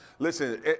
Listen